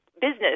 business